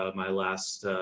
ah my last,